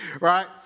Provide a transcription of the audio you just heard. Right